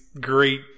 great